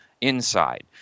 inside